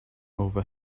over